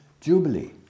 Jubilee